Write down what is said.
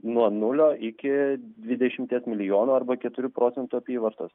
nuo nulio iki dvidešimties milijonų arba keturių procentų apyvartos